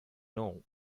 know